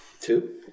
Two